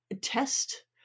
test